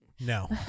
No